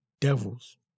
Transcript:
devils